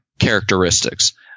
Characteristics